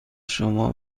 شما